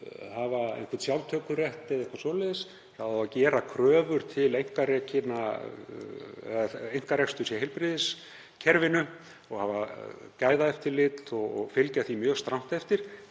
hafa einhvern sjálftökurétt eða eitthvað svoleiðis. Það á að gera kröfur til einkareksturs í heilbrigðiskerfinu og hafa gæðaeftirlit og fylgja því mjög strangt eftir.